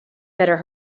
better